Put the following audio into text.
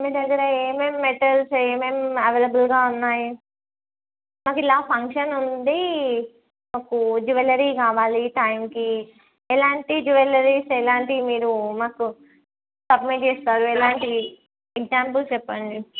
మీ దగ్గర ఏమేమి మెటల్స్ ఏమేమి అవైలబుల్గా ఉన్నాయి మాకు ఇలా ఫంక్షన్ ఉంది నాకు జ్యువెలరీ కావాలి టైంకి ఎలాంటి జ్యువెలరీ ఎలాంటివి మీరు మాకు సప్లై చేస్తారు ఎలాంటివి ఎగ్జాంపుల్ చెప్పండి